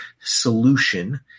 solution